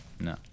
no